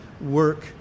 work